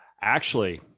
actually.